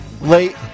late